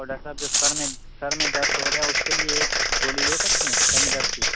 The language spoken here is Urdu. اور ڈاکٹر صاحب جو سر میں سر میں درد ہو ریا اس کے لیے ایک گولی لے سکتے ہیں سر میں درد کی